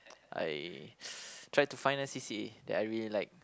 I tried to find a c_c_a that I really like